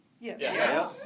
Yes